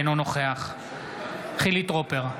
אינו נוכח חילי טרופר,